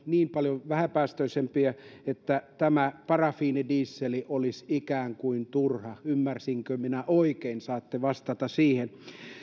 niin paljon vähäpäästöisempiä että tämä parafiinidiesel olisi ikään kuin turha ymmärsinkö minä oikein saatte vastata siihen